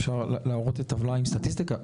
אפשר להראות את הטבלה עם סטטיסטיקה.